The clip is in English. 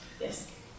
Yes